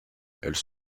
elles